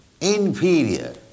Inferior